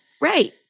Right